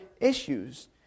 issues